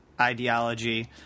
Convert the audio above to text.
ideology